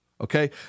Okay